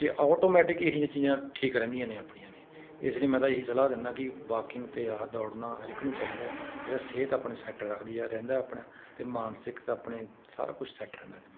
ਇਹ ਆਟੋਮੈਟਿਕ ਇਹੋ ਜਿਹੀਆ ਚੀਜ਼ਾਂ ਠੀਕ ਰਹਿੰਦੀਆਂ ਨੇ ਆਪਣੀਆਂ ਨੇ ਇਸ ਲਈ ਮੈਂ ਤਾਂ ਇਹੀ ਸਲਾਹ ਦਿੰਦਾ ਕਿ ਵਾਕਿੰਗ ਅਤੇ ਆਹ ਦੌੜਨਾ ਹਰ ਇੱਕ ਨੂੰ ਚਾਹੀਦਾ ਜਿਹੜਾ ਸਿਹਤ ਆਪਣੀ ਸੈਟ ਰੱਖਦੀ ਆ ਰਹਿੰਦਾ ਆਪਣਾ ਅਤੇ ਮਾਨਸਿਕਤਾ ਆਪਣੇ ਸਾਰਾ ਕੁਛ ਸੈਟ ਰਹਿੰਦਾ ਇਹਦੇ ਨਾਲ